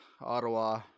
Ottawa